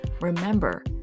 Remember